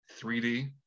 3D